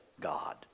God